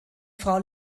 frau